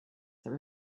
that